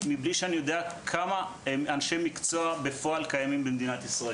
מבלי שאני יודע כמה אנשי מקצוע קיימים במדינת ישראל.